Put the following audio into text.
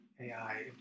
AI